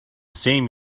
same